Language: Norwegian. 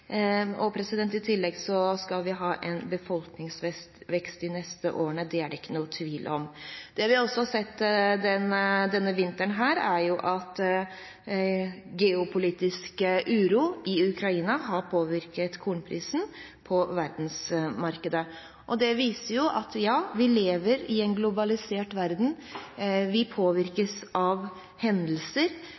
I tillegg skal vi ha en befolkningsvekst de neste årene – det er det ikke noen tvil om. Det vi også har sett denne vinteren, er at geopolitisk uro i Ukraina har påvirket kornprisen på verdensmarkedet. Det viser at vi lever i en globalisert verden, vi påvirkes av hendelser.